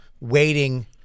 waiting